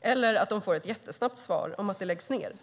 eller att de får ett jättesnabbt svar om att ärendet läggs ned.